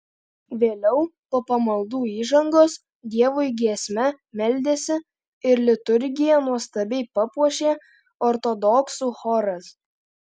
vėliau po pamaldų įžangos dievui giesme meldėsi ir liturgiją nuostabiai papuošė ortodoksų choras